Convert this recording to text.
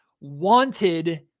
wanted